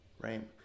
Right